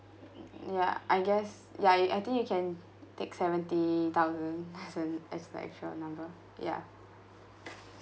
ya I guess ya I I think you can take seventy thousand as an as the actual number ya